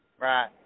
Right